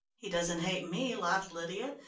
he doesn't hate me, laughed lydia,